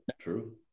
true